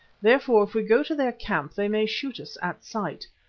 therefore, if we go to their camp, they may shoot us at sight.